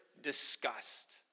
disgust